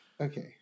Okay